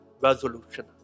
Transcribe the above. resolution